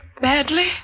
badly